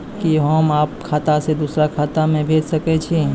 कि होम आप खाता सं दूसर खाता मे भेज सकै छी?